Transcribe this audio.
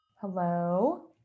Hello